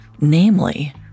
Namely